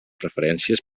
preferències